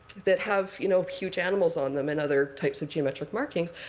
that have you know huge animals on them and other types of geometric markings.